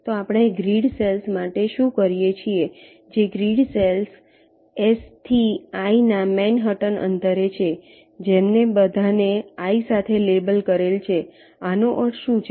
તો આપણે grid cells માટે શું કરીએ છીએ જે ગ્રીડ સેલ S થી i ના મેનહટન અંતરે છે જેમને બધાને i સાથે લેબલ કરેલ છે આનો અર્થ શું છે